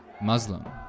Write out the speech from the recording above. Muslim